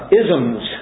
isms